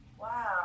Wow